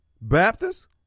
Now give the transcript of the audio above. Baptists